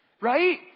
right